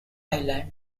island